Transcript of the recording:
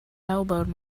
elbowed